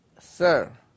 sir